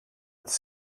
als